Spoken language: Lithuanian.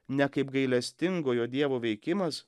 ne kaip gailestingojo dievo veikimas